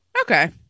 Okay